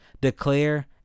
Declare